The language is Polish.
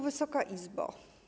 Wysoka Izbo!